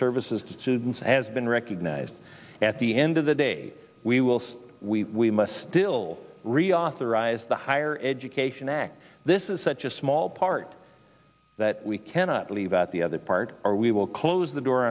services to students has been recognized at the end of the day we will say we must still reauthorize the higher education act this is such a small part that we cannot leave out the other part or we will close the door